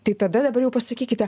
tai tada dabar jau pasakykite